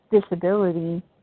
disability